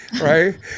right